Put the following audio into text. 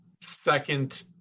second